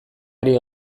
ari